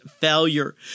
failure